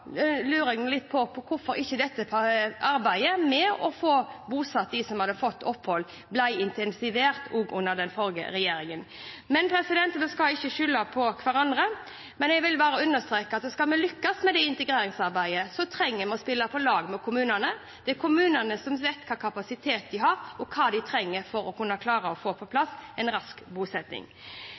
lurer jeg litt på hvorfor ikke dette arbeidet med å få bosatt dem som hadde fått opphold, ble intensivert under den forrige regjeringen. Vi skal ikke skylde på hverandre, men jeg ville bare understreke at skal vi lykkes med integreringsarbeidet, trenger vi å spille på lag med kommunene. Det er kommunene som vet hvilken kapasitet de har, og hva de trenger for å kunne klare å få på plass en rask bosetting.